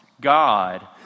God